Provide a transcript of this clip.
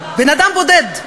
בן-אדם בודד,